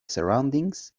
surroundings